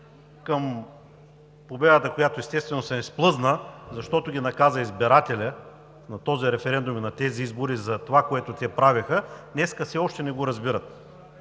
към победата, която естествено им се изплъзна, защо ги наказа избирателят на този референдум и тези избори за това, което те правеха, а днес все още не го разбират.